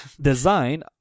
design